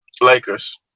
Lakers